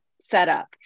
setup